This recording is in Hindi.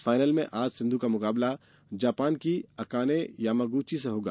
फाइनल में आज सिन्धु का मुकाबला जापान की अकाने यामागुची से होगा